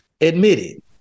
admitted